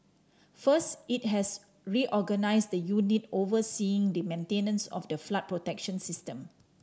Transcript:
first it has reorganised the unit overseeing the maintenance of the flood protection system